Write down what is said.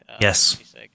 Yes